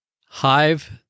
Hive